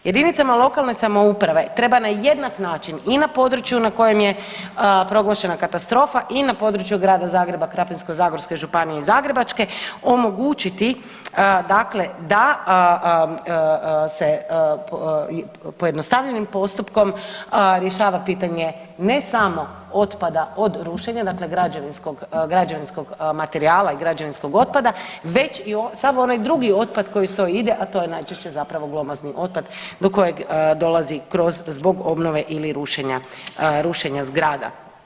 Jedinicama lokalne samouprave treba na jednak način i na području na kojem je proglašena katastrofa i na području Grada Zagreb, Krapinsko-zagorske županije i Zagrebačke omogućiti dakle da se pojednostavljenim postupkom rješava pitanje ne samo otpada od rušenja, dakle građevinskog, građevinskog materijala i građevinskog otpada već i sav onaj drugi otpad koji uz to ide, a to je najčešće zapravo glomazni otpad do kojeg dolazi kroz zbog obnove ili rušenja, rušenja zgrada.